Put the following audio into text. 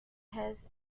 has